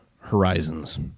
horizons